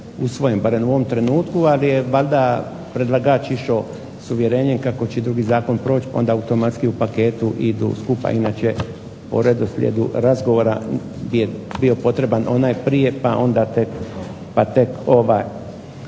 usvojen barem u ovom trenutku. Ali je valjda predlagač išao s uvjerenjem kako će i drugi zakon proći, pa onda automatski u paketu idu skupa inače po redoslijedu razgovora bio potreban onaj prije pa onda tek ovaj.